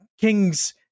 King's